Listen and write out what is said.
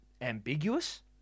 ambiguous